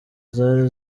zari